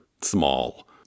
small